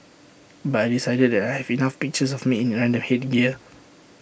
but I decided that I have enough pictures of me in random headgear